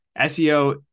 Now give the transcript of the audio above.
SEO